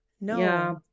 no